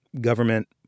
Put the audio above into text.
government